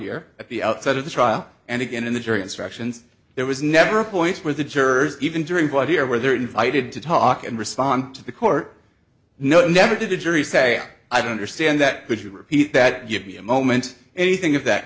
here at the outset of the trial and again in the jury instructions there was never a point where the jurors even during while here where they were invited to talk and respond to the court no never did a jury say i don't understand that could you repeat that give me a moment anything of that